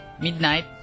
Midnight